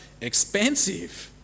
expensive